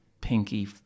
pinky